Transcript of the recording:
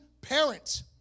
parent